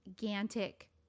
gigantic